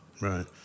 Right